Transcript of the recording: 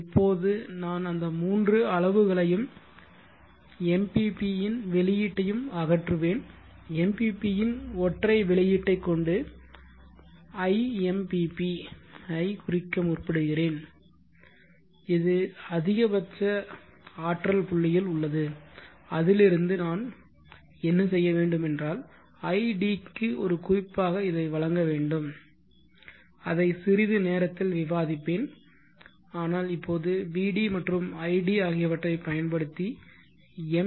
இப்போது நான் அந்த மூன்று அளவுகளையும் MPP இன் வெளியீட்டையும் அகற்றுவேன் MPP இன் ஒற்றை வெளியீட்டைக் கொண்டு I mpp ஐ குறிக்க முற்படுகிறேன் இது அதிகபட்ச ஆற்றல் புள்ளியில் உள்ளது அதிலிருந்து நான் என்ன செய்ய வேண்டும் என்றால் id க்கு ஒரு குறிப்பாக இதை வழங்க வேண்டும் அதை சிறிது நேரத்தில் விவாதிப்பேன் ஆனால் இப்போது Vd மற்றும் Id ஆகியவற்றை பயன்படுத்தி எம்